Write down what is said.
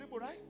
right